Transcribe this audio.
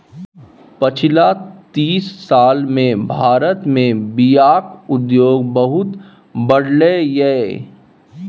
पछिला तीस साल मे भारत मे बीयाक उद्योग बहुत बढ़लै यै